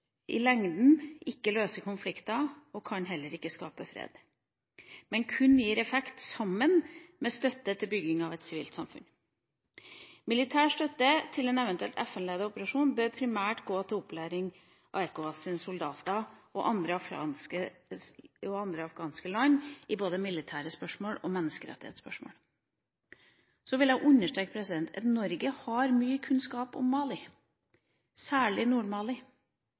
i lengden ikke løser konflikter og kan heller ikke skape fred, men gir kun effekt sammen med støtte til oppbygging av det sivile samfunn. Militær støtte til en eventuell FN-ledet operasjon bør primært gå til opplæring av ECOWAS og soldater fra andre afrikanske land i både militære spørsmål og menneskerettighetsspørsmål. Så vil jeg understreke at Norge har mye kunnskap om Mali, særlig